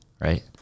right